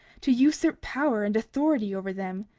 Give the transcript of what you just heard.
to usurp power and authority over them,